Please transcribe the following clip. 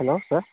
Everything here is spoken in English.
hello sir